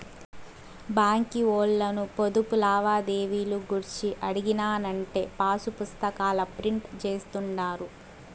బాంకీ ఓల్లను పొదుపు లావాదేవీలు గూర్చి అడిగినానంటే పాసుపుస్తాకాల ప్రింట్ జేస్తుండారు